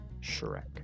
Shrek